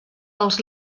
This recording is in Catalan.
els